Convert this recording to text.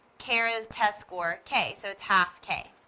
kara's test score k. so it's half k.